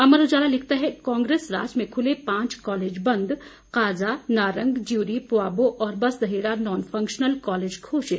अमर उजाला लिखता है कांग्रेस राज में खूले पांच कॉलेज बंद काजा नारग ज्यूरी पबावों और बसदेहड़ा नॉन फंक्शनल कॉलेज घोषित